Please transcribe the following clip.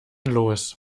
los